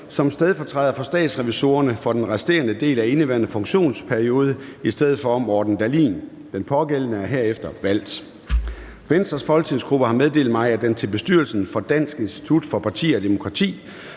som stedfortræder for statsrevisorerne for den resterende del af indeværende funktionsperiode i stedet for Morten Dahlin. Den pågældende er herefter valgt. Venstres folketingsgruppe har meddelt mig, at den til bestyrelsen for Dansk Institut for Partier og Demokrati